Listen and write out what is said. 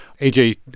AJ